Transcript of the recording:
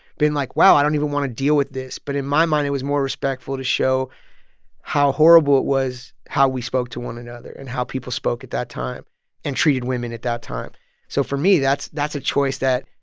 been like, wow, i don't even want to deal with this. but in my mind, it was more respectful to show how horrible it was how we spoke to one another and how people spoke at that time and treated women at that time so for me, that's that's a choice that,